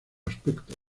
aspecto